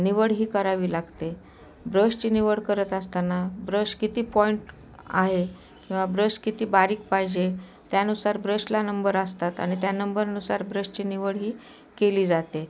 निवड ही करावी लागते ब्रशची निवड करत असताना ब्रश किती पॉईंट आहे किंवा ब्रश किती बारीक पाहिजे त्यानुसार ब्रशला नंबर असतात आणि त्या नंबरनुसार ब्रशची निवड ही केली जाते